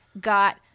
got